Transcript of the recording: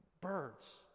birds